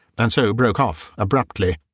and so broke off abruptly.